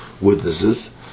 witnesses